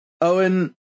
Owen